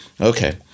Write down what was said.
Okay